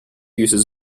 uses